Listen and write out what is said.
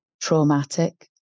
traumatic